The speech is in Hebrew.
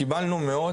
קיבלנו מאות,